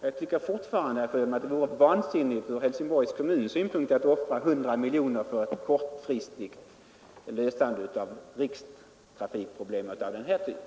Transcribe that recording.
Jag tycker fortfarande, herr Sjöholm, att det vore vansinnigt ur Helsingborgs kommuns synpunkt att offra 100 miljoner kronor för ett kortfristigt lösande av rikstrafikproblem av den här typen.